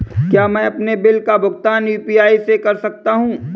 क्या मैं अपने बिल का भुगतान यू.पी.आई से कर सकता हूँ?